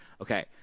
Okay